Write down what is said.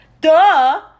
Duh